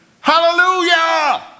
Hallelujah